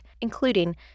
including